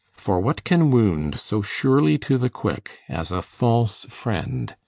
for what can wound so surely to the quick as a false friend?